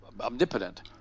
omnipotent